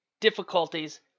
difficulties